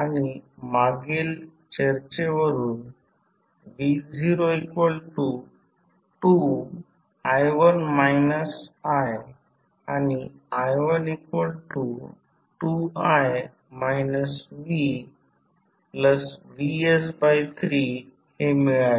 आणि मागील चर्चेवरून v02 आणि i12i vvs3 हे मिळाले